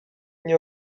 nie